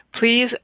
Please